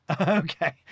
Okay